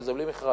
כי זה בלי מכרז.